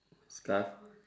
scarf